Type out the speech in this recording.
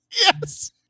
Yes